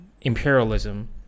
imperialism